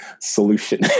solution